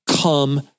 come